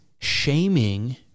shaming